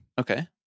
Okay